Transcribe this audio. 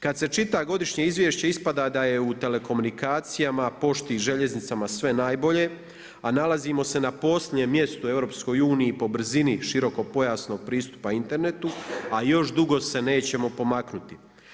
Kada se čita godišnje izvješće ispada da je u telekomunikacijama, pošti i željeznicama sve najbolje, a nalazimo na posljednjem mjestu u EU po brzini širokopojasnog pristupa internetu, a još dugo se nećemo pomaknuti.